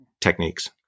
techniques